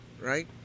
right